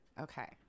Okay